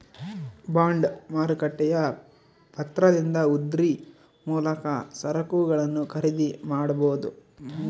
bond ಮಾರುಕಟ್ಟೆಯ ಪತ್ರದಿಂದ ಉದ್ರಿ ಮೂಲಕ ಸರಕುಗಳನ್ನು ಖರೀದಿ ಮಾಡಬೊದು